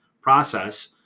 process